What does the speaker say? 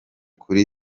kuri